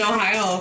Ohio